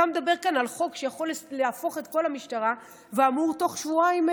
אתה מדבר כאן על חוק שיכול להפוך את כל המשטרה ואמרו: תוך שבועיים.